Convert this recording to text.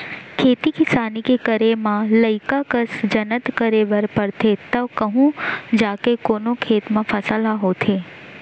खेती किसानी के करे म लइका कस जनत करे बर परथे तव कहूँ जाके कोनो खेत म फसल ह होथे